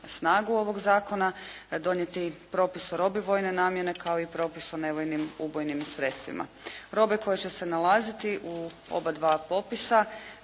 snagu ovog zakona donijeti propis o robi vojne namjene, kao i propis o nevojnim ubojnim sredstvima. Robe koje će se nalaziti u obadva popisa